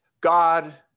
God